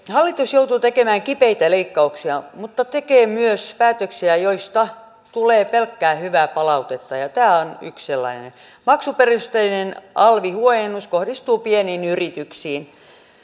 hallitus joutuu tekemään kipeitä leikkauksia mutta se tekee myös päätöksiä joista tulee pelkkää hyvää palautetta ja tämä on yksi sellainen maksuperusteinen alvihuojennus kohdistuu pieniin yrityksiin